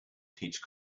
teach